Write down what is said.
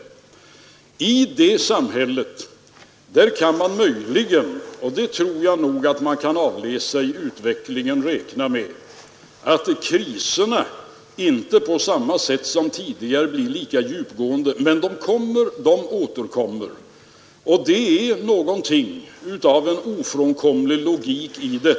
Och i det samhället tror jag man måste räkna med att kriser kommer och återkommer, även om de inte blir lika djupgående som de har varit tidigare. Det ligger något av en ofrånkomlig logik i det.